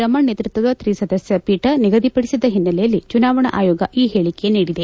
ರಮಣ ನೇತೃತ್ವದ ತ್ರಿಸದಸ್ಯಪೀಠ ನಿಗದಿಪದಿಸಿದ ಹಿನ್ನೆಲೆಯಲ್ಲಿ ಚುನಾವಣಾ ಆಯೋಗ ಈ ಹೇಳಿಕೆ ನೀದಿದೆ